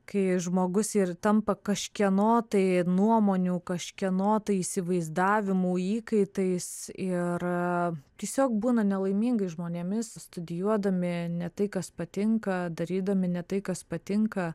kai žmogus ir tampa kažkieno tai nuomonių kažkieno tai įsivaizdavimų įkaitais ir tiesiog būna nelaimingais žmonėmis studijuodami ne tai kas patinka darydami ne tai kas patinka